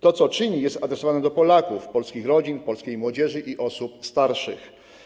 To, co czyni, jest adresowane do Polaków, polskich rodzin, polskiej młodzieży i osób starszych.